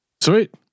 Sweet